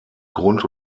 grund